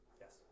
Yes